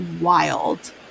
wild